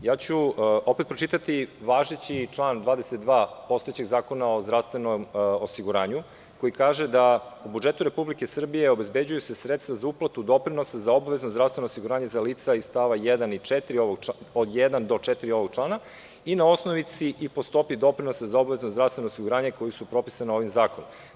Opet ću pročitati važeći član 22. postojećeg Zakona o zdravstvenom osiguranju, koji kaže da se u budžetu Republike Srbije obezbeđuju sredstva za uplatu doprinosa za obavezno zdravstveno osiguranje za lica iz st. od 1. do 4. ovog člana i na osnovici i po stopi doprinosa za obavezno zdravstveno osiguranje koji su propisani ovim zakonom.